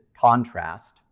contrast